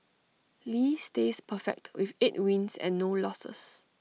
lee stays perfect with eight wins and no losses